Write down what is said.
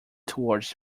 towards